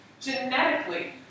genetically